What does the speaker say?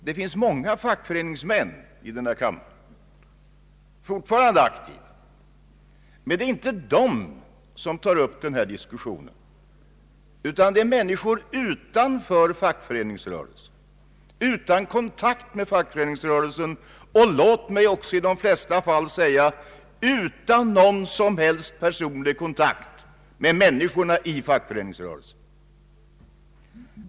Det finns många fackföreningsmän i denna kammare, som fortfarande är aktiva, men det är inte de som har tagit upp denna diskussion, utan det är människor utanför fackföreningsrörelsen, utan kontakt med fackföreningsrörelsen och, låt mig säga det, i de flesta fall utan någon som helst personlig kontakt med och känsla för människorna i fackföreningsrörelsen.